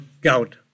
gout